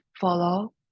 follow